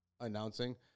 announcing